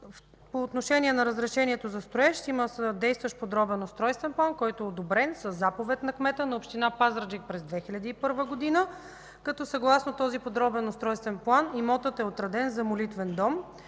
По отношение на разрешението за строеж, има действащ Подробен устройствен план, който е одобрен със заповед на кмета на община Пазарджик през 2001 г., като съгласно този Подробен устройствен план имотът е отреден за молитвен дом.